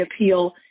appeal